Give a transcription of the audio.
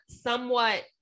somewhat